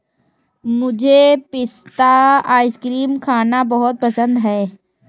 मुझे पिस्ता आइसक्रीम खाना बहुत पसंद है